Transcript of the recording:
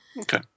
Okay